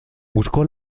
buscó